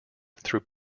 through